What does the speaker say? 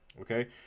okay